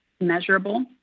measurable